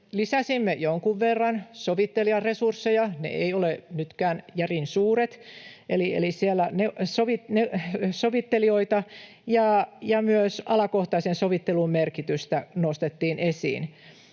lisäsimme jonkun verran sovittelijan resursseja — ne eivät ole nytkään järin suuret — eli sovittelijoita ja myös alakohtaisen sovittelun merkitystä nostettiin esiin.